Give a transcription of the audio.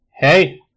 Hey